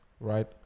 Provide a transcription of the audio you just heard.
right